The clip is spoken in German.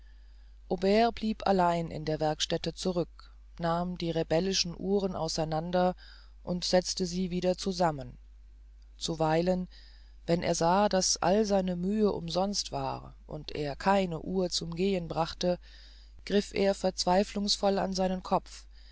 blieb allein in der werkstätte zurück nahm die rebellischen uhren auseinander und setzte sie wieder zusammen zuweilen wenn er sah daß all seine mühe umsonst war und er keine uhr zum gehen brachte griff er verzweiflungsvoll an seinen kopf